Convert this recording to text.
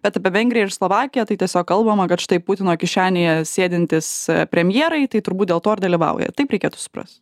bet apie vengriją ir slovakiją tai tiesiog kalbama kad štai putino kišenėje sėdintys premjerai tai turbūt dėl to ir dalyvauja taip reikėtų suprast